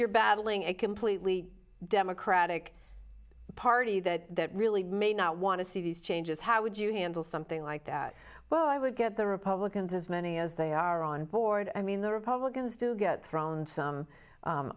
you're battling a completely democratic party that really may not want to see these changes how would you handle something like that well i would get the republicans as many as they are on board i mean the republicans do get thrown some